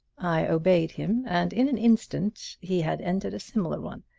i obeyed him, and in an instant he had entered a similar one.